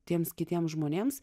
tiems kitiems žmonėms